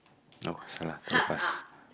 no salah terlepas